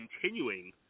continuing